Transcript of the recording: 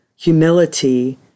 humility